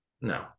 No